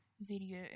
video